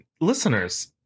Listeners